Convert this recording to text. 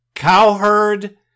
Cowherd